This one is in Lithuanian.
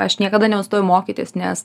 aš niekada nenustojau mokytis nes